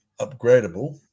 upgradable